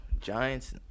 giants